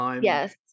Yes